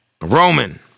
Roman